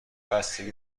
بستگی